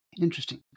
Interesting